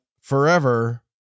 forever